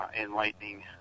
enlightening